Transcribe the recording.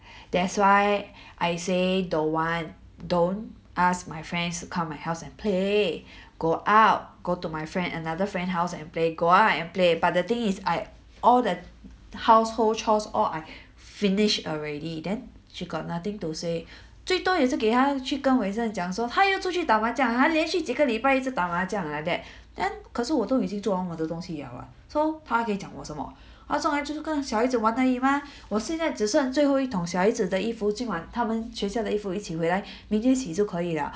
that's why I say don't want don't ask my friends to come my house and play go out go to my friend another friend house and play go out and play but the thing is I all the household chores or I finish already then she got nothing to say 最多也是给她去跟 wei sheng 讲说她又出去打麻将啊连续几个礼拜一直打麻将 like that then 可是我都已经做完我的东西了啊 so 她还可以讲我什么她上来就是跟小孩子玩而已嘛我现在只剩最后一桶小孩子的衣服今晚他们学校的衣服一起回来 明天洗也是可以啊